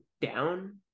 down